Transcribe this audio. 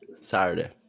saturday